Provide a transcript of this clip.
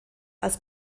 als